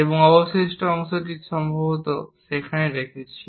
এবং অবশিষ্ট অংশটি সম্ভবত সেখানে রেখেছি